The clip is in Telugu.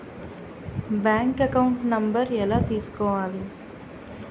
బ్యాంక్ అకౌంట్ నంబర్ ఎలా తీసుకోవాలి?